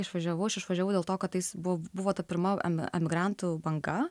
išvažiavau aš išvažiavau dėl to kad tais buvo ta pirma emigrantų banga